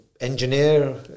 engineer